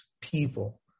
people